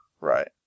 Right